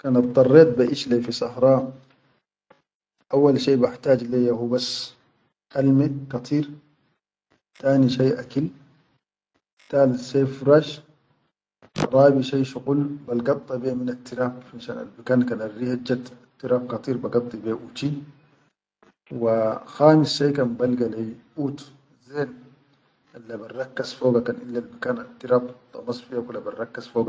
Kan addarret ba ish leyi fi sahra auwal shai bahtaj leyya hubas alme kateer, tini shai akil, tal sai furash, rabi shia shuqul balga balkad da be ha tirab finshan albikan kan al rehe jat tirab katir bagaddi be uti wa khamis sai kan balga leyi oud alle barrakkas foga kan ille bikan attirab damas fiya kula barrakkas.